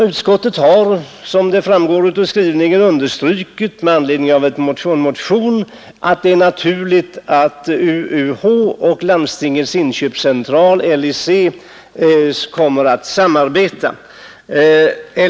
Utskottet har, som framgår av utskottet skrivning, understrukit med anledning av en motion att det är naturligt att UUH och Landstingens inköpscentral, LIC, kommer att samarbeta.